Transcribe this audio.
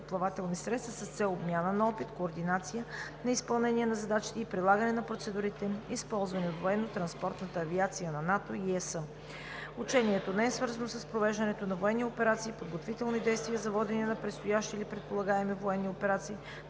въздухоплавателни средства с цел обмяна на опит, координация на изпълнението на задачите и прилагане на процедурите, използвани от военнотранспортната авиация на НАТО и Европейския съюз. Учението не е свързано с провеждането на военни операции, подготвителни действия за водене на предстоящи или предполагаеми военни операции,